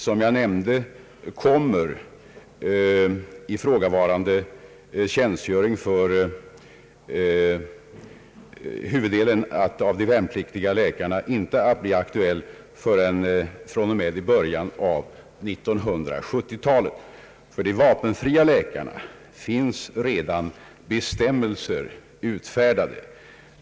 Som jag nämnde kommer ifrågavarande tjänstgöring för huvuddelen av de värnpliktiga läkarna inte att bli aktuell förrän från början av 1970-talet. För de vapenfria läkarna finns redan bestämmelser utfärdade.